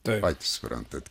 patys suprantat